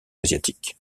asiatique